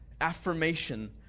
affirmation